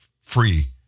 free